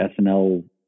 SNL